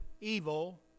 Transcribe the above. evil